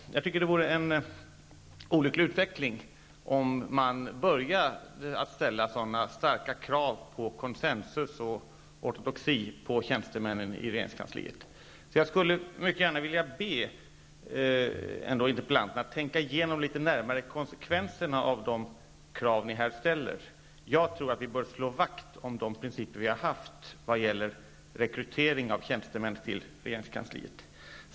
Det vore en olycklig utveckling om vi började ställa starka krav på konsensus och ortodoxi hos tjänstemännen i regeringskansliet. Jag vill mycket gärna be interpellanterna att närmare tänka igenom konsekvenserna av det krav som ni här ställer. Jag tror att vi bör slå vakt om de principer som hittills har tillämpats när det gäller rekrytering av tjänstemän till regeringskansliet.